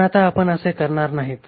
पण आता आपण असे करणार नाहीत